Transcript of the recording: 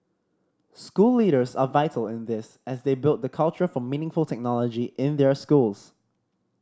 school leaders are vital in this as they build the culture for meaningful technology in their schools